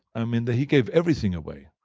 um and he gave everything away.